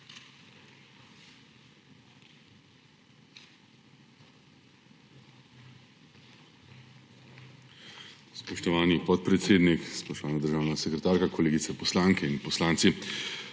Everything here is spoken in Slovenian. Spoštovani podpredsednik, spoštovana državna sekretarka, kolegice poslanke in poslanci!